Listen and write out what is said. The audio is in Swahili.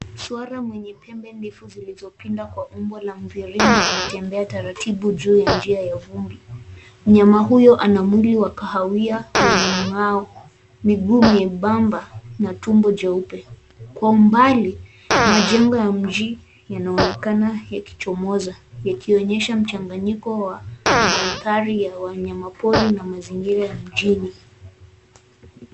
Swara mwenye pembe ndefu zilizopinda kwa umbo la mviringo anatembea taratibu juu ya njia ya ufundi. Mnyama huyo ana mwili wa kahawia wenye mng'ao. Miguu nyembamba na tumbo jeupe. Kwa umbali majengo ya mji yanaonekana yakichomoza yakionyesha mchanganyiko wa mandhari ya wanyama pori na mazingira ya mjini.